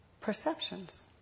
perceptions